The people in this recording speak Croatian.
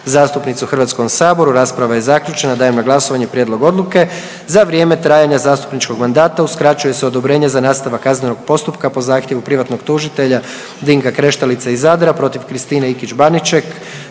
zastupnice u Hrvatskom saboru. Rasprava je zaključena. Dajem na glasovanje prijedlog odluke, za vrijeme trajanja zastupničkog mandata uskraćuje se odobrenje za nastavak kaznenog postupka po zahtjevu privatnog tužitelja Dinka Kreštalice iz Zadra protiv Kristine Ikić Baniček,